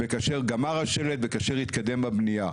וכאשר גמר השלד וכאשר התקדם בבנייה.